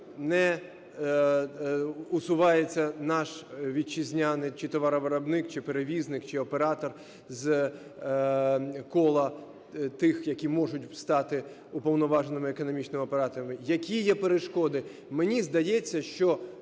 не усувається наш вітчизняний чи товаровиробник, чи перевізник, чи оператор з кола тих, які можуть стати уповноваженими економічними операторами? Які є перешкоди? Мені здається, що